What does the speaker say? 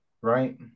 right